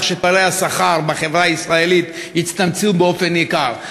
שפערי השכר בחברה הישראלית יצטמצמו באופן ניכר,